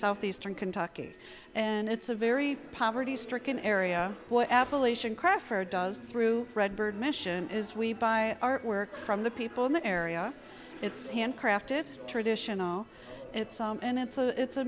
southeastern kentucky and it's a very poverty stricken area but appalachian craft for does through redbird mission is we buy our work from the people in that area it's handcrafted traditional it's and it's a it's a